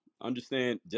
understand